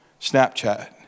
Snapchat